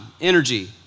energy